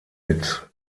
mit